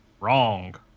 Wrong